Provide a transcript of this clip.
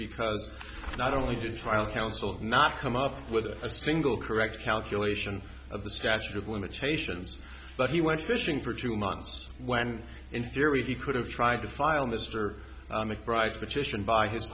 because not only did file counsel not come up with a single correct calculation of the statute of limitations but he went fishing for two months when in theory the could have tried to file mr mcbride's petition by his